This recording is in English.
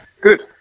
Good